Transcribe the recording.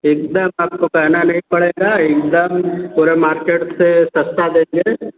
एकदम आपको कहना नहीं पड़ेगा एकदम पूरे मार्केट से सस्ता देंगे